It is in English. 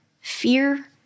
fear